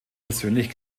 persönlich